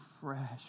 fresh